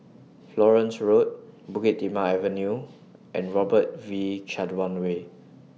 Florence Road Bukit Timah Avenue and Robert V Chandran Way